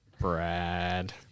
Brad